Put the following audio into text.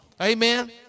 Amen